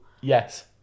yes